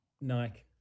Nike